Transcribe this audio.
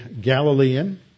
Galilean